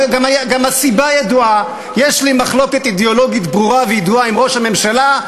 גם הסיבה ידועה: יש לי מחלוקת אידיאולוגית ברורה וידועה עם ראש הממשלה.